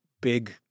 big